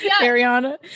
ariana